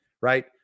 right